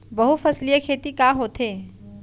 बहुफसली खेती का होथे?